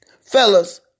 Fellas